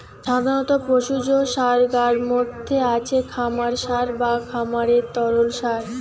সাধারণ পশুজ সারগার মধ্যে আছে খামার সার বা খামারের তরল সার